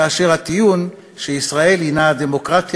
כאשר הטיעון שישראל היא הדמוקרטיה